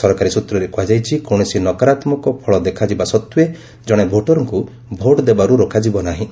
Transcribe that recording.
ସରକାରୀ ସୂତ୍ରରେ କୁହାଯାଇଛି କୌଣସି ନକାରାତ୍ମକ ଫଳ ଦେଖାଯିବା ସତ୍ତ୍ୱେ ଜଣେ ଭୋଟରଙ୍କୁ ଭୋଟ୍ ଦେବାରୁ ରୋକାଯିବ ନାହିଁ